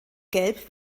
gelb